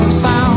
sound